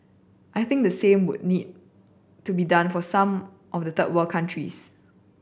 I think the same would need to be done for some of the third world countries